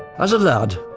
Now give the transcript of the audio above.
as a lad,